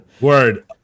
Word